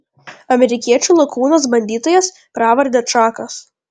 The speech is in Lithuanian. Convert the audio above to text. amerikiečių lakūnas bandytojas pravarde čakas